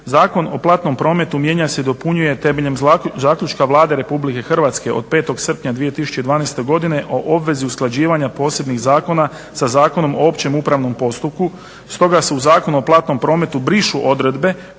Zakon o platnom prometu mijenja se i dopunjuje temeljem zaključka Vlade RH od 5.srpnja 2012.godine o obvezi usklađivanja posebnih zakona sa zakonom o opće upravnom postupku. Stoga se u Zakonu o platnom prometu brišu odredbe